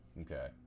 Okay